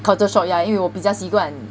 culture shock yeah 因为我比较习惯